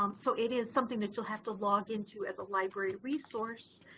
um so it is something that you'll have to log into as a library resource,